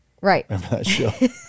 Right